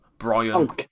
Brian